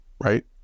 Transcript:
right